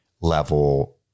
level